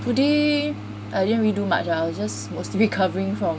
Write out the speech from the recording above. today I didn't really do much lah I just was recovering from